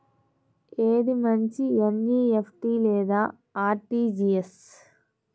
ఏది మంచి ఎన్.ఈ.ఎఫ్.టీ లేదా అర్.టీ.జీ.ఎస్?